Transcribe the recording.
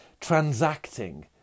transacting